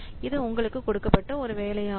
இது உங்களுக்கு கொடுக்கப்பட்ட ஒரு வேலையாகும்